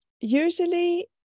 usually